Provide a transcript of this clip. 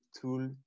tool